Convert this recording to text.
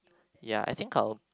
ya I think I'll